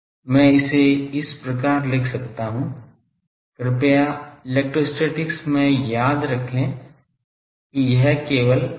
मैं इसे इस प्रकार लिख लिख सकता हूं कृपया इलेक्ट्रोस्टैटिक्स में याद रखें कि यह केवल minus Del V है